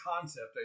concept